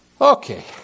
Okay